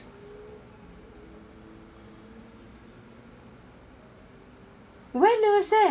why